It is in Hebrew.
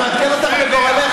אני מעדכן אותך על גורלך.